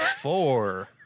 Four